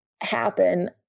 Happen